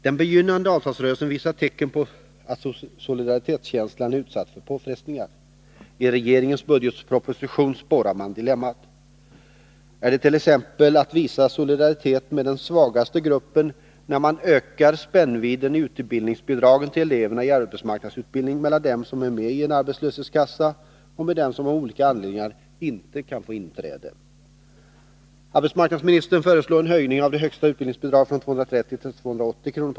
Den begynnande avtalsrörelsen visar tecken på att solidaritetskänslan är utsatt för påfrestningar. I regeringens budgetproposition spårar man dilemmat. Är det t.ex. att visa solidaritet med den svagaste gruppen, när man ökar spännvidden när det gäller utbildningsbidragen till eleverna i arbetsmarknadsutbildning mellan dem som är med i en arbetslöshetskassa och dem som av olika anledningar inte kunnat få inträde? Arbetsmarknadsministern föreslår en höjning av det högsta utbildningsbidraget från 230 kr. till 280 kr.